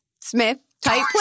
Smith-type